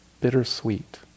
bittersweet